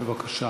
בבקשה.